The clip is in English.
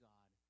God